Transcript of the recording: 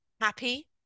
happy